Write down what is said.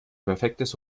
perfektes